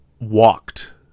walked